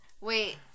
Wait